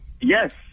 Yes